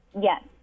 Yes